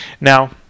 Now